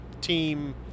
team